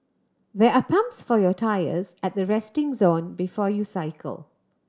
there are pumps for your tyres at the resting zone before you cycle